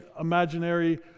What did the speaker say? imaginary